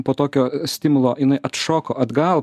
po tokio stimulo jinai atšoko atgal